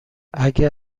اگه